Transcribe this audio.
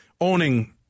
owning